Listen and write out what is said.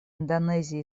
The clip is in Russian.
индонезии